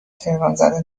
تهرانزده